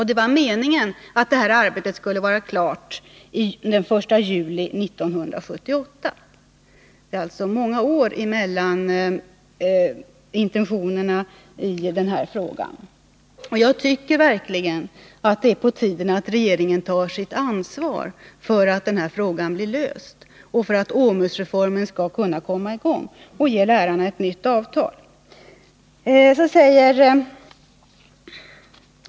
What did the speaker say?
Det var meningen att det här arbetet skulle vara klart den 1 juli 1978. Det har alltså förflutit många år. Jag tycker verkligen att det är på tiden att regeringen tar sitt ansvar för att den här frågan blir löst och för att OMUS-reformen börjar tillämpas, så att lärarna får ett nytt avtal.